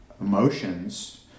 emotions